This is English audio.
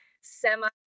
semi